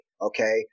okay